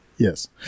Yes